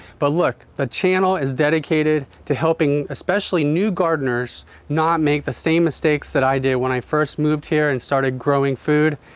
but look, the channel is dedicated to helping especially new gardeners not make the same mistakes that i did when i first moved here and started growing food,